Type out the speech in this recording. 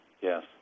Yes